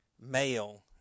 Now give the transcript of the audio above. male